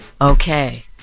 okay